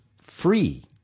free